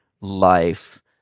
life